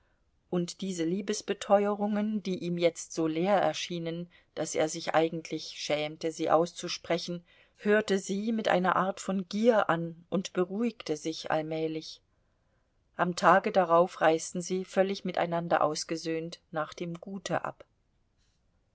und diese liebesbeteuerungen die ihm jetzt so leer erschienen daß er sich eigentlich schämte sie auszusprechen hörte sie mit einer art von gier an und beruhigte sich allmählich am tage darauf reisten sie völlig miteinander ausgesöhnt nach dem gute ab